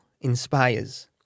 inspires